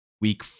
week